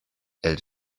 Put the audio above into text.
elle